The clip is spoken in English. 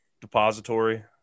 depository